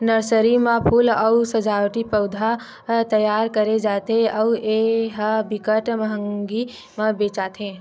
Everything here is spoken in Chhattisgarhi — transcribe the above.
नरसरी म फूल अउ सजावटी पउधा तइयार करे जाथे अउ ए ह बिकट मंहगी म बेचाथे